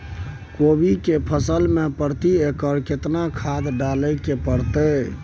कोबी के फसल मे प्रति एकर केतना खाद डालय के परतय?